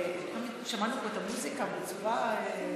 כי רציתי לדבר איתם על הצביעות.